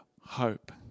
hope